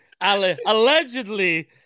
allegedly